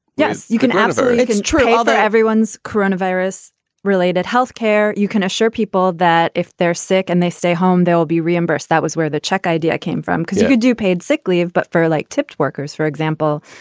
yes, you can absolutely control their everyone's coronavirus related health care. you can assure people that if they're sick and they stay home, they will be reimbursed. that was where the check idea came from, because you could do paid sick leave. but for like tipped workers, for example,